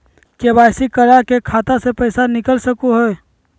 KYC करा के खाता से पैसा निकल सके हय?